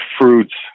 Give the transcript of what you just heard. fruits